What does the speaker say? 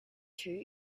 two